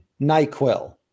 NyQuil